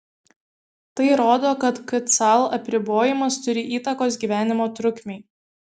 tai rodo kad kcal apribojimas turi įtakos gyvenimo trukmei